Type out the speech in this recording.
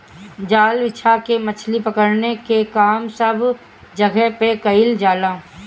जाल बिछा के मछरी पकड़ला के काम सब जगह पे कईल जाला